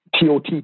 TOT